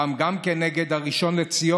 פעם גם כנגד הראשון לציון,